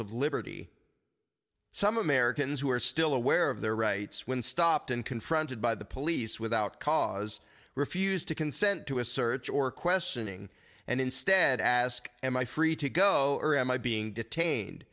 of liberty some americans who are still aware of their rights when stopped and confronted by the police without cause refused to consent to a search or questioning and instead ask am i free to go or am i being detained